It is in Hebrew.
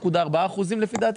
3.4% לפי דעתי.